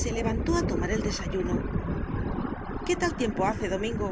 se levantó a tomar el desayuno qué tal tiempo hace domingo